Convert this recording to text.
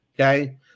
okay